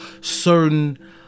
certain